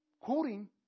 Quoting